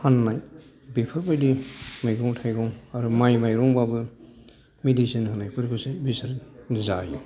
फाननाय बेफोरबायदि मैगं थायगं आरो माइ माइरंबाबो मिडिसिन होनायफोरखौ सो बिसोर जायो